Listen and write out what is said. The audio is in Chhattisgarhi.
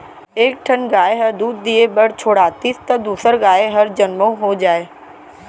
एक ठन गाय ह दूद दिये बर छोड़ातिस त दूसर गाय हर जनमउ हो जाए